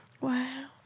Wow